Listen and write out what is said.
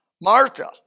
Martha